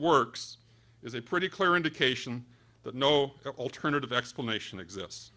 works is a pretty clear indication that no alternative explanation exists